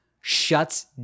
shuts